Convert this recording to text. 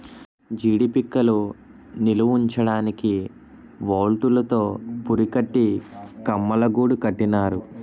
జీడీ పిక్కలు నిలవుంచడానికి వౌల్తులు తో పురికట్టి కమ్మలగూడు కట్టినారు